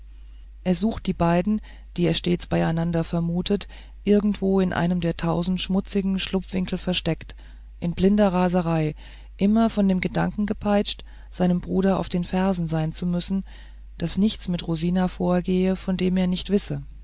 er sucht die beiden die er stets beieinander vermutet irgendwo in einem der tausend schmutzigen schlupfwinkel versteckt in blinder raserei immer von dem gedanken gepeitscht seinem bruder auf den fersen sein zu müssen daß nichts mit rosina vorgehe von dem er nicht wisse